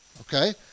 Okay